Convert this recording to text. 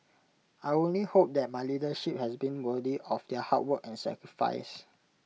I only hope that my leadership has been worthy of their hard work and sacrifice